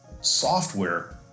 software